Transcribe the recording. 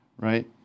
right